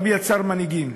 הרבי יצר מנהיגים.